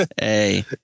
Hey